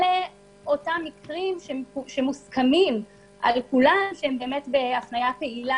אלה אותם מקרים שמוסכמים על כולם שהם בהפניה פעילה.